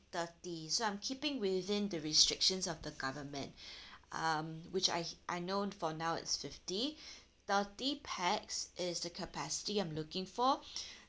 thirty so I'm keeping within the restrictions of the government um which I hea~ I know for now it's fifty thirty pax is the capacity I'm looking for